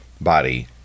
body